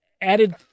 added